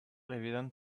evident